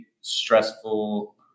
stressful